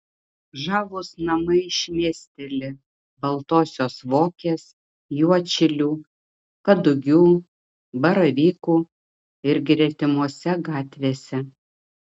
žavūs namai šmėsteli baltosios vokės juodšilių kadugių baravykų ir gretimose gatvėse